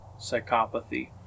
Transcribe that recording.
psychopathy